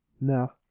No